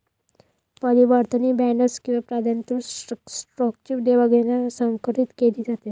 परिवर्तनीय बॉण्ड्स किंवा प्राधान्यकृत स्टॉकची देवाणघेवाण संकरीत केली जाते